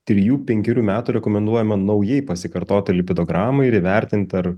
trijų penkerių metų rekomenduojama naujai pasikartoti lipidogramą ir įvertint ar